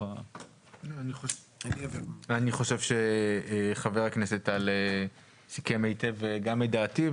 אני חושב שחבר הכנסת טל סיכם היטב גם את דעתי,